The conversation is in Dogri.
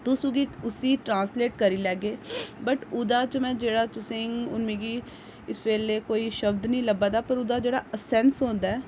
तुस उसी ट्रांस्लेट करी लैह्गे बट ओह्दे च में जेह्ड़ा तुसें ई हुन मिगी इस बेल्लै कोई शब्द निं लब्भै दा पर उ'दा जेह्ड़ा असैंस होंदा ऐ